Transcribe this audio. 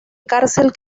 cárcel